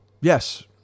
Yes